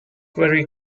very